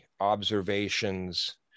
observations